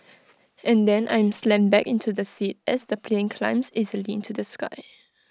and then I'm slammed back into the seat as the plane climbs easily into the sky